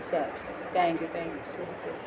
thank you so much sir